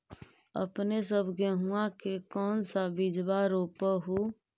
अपने सब गेहुमा के कौन सा बिजबा रोप हू?